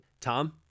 Tom